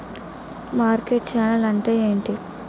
Market channel అంటే ఏంటి?